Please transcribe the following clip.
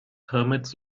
hermits